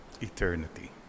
eternity